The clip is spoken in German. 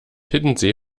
hiddensee